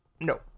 No